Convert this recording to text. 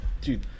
Dude